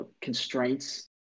constraints